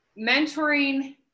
Mentoring